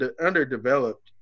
underdeveloped